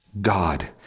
God